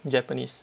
japanese